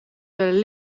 felle